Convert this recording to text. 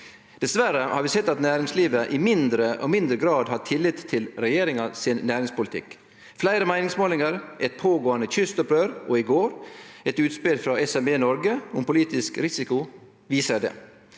Dessverre har vi sett at næringslivet i mindre og mindre grad har tillit til regjeringa sin næringspolitikk. Fleire meiningsmålingar, eit pågåande kystopprør og i går eit utspel frå SMB Norge om politisk risiko viser det.